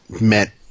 met